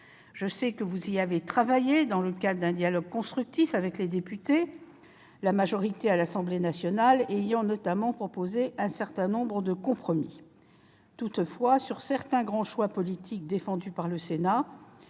que vous y avez travaillé dans le cadre d'un dialogue constructif avec les députés, la majorité de l'Assemblée nationale ayant notamment proposé un certain nombre de compromis. Toutefois, concernant certains grands choix politiques défendus par le Sénat,